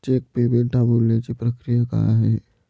Check payment थांबवण्याची प्रक्रिया काय आहे?